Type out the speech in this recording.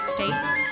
States